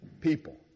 people